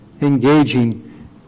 engaging